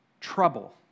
trouble